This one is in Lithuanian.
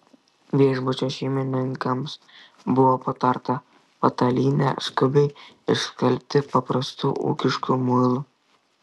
viešbučio šeimininkams buvo patarta patalynę skubiai išskalbti paprastu ūkišku muilu